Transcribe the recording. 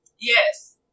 Yes